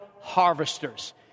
harvesters